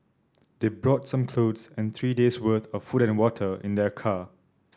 they brought some clothes and three days worth of food and water in their car